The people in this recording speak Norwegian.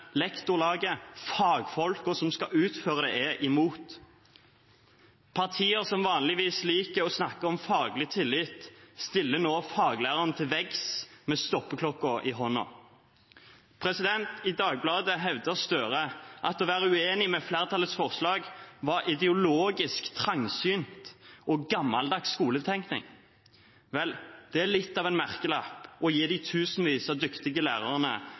Lektorlag, fagfolkene som skal utføre dette, er imot. Partier som vanligvis liker å snakke om faglig tillit, stiller nå faglærerne til veggs, med stoppeklokken i hånden. I Dagbladet hevdet Gahr Støre at å være uenig i flertallets forslag var ideologisk trangsynt og gammeldags skoletenkning. Vel, det er litt av en merkelapp å gi tusenvis av dyktige